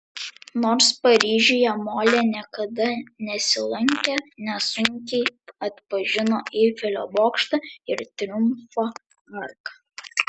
nors paryžiuje molė niekada nesilankė nesunkiai atpažino eifelio bokštą ir triumfo arką